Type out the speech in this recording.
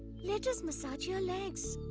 let us massage your legs.